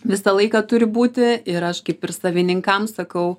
visą laiką turi būti ir aš kaip ir savininkam sakau